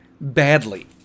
Badly